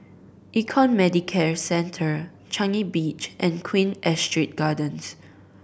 Econ Medicare Centre Changi Beach and Queen Astrid Gardens